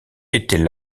était